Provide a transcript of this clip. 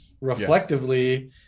reflectively